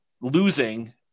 losing